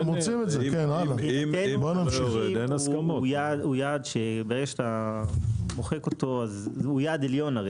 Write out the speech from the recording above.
הוא יעד שאם אתה מוחק אותו - הוא יעד עליון.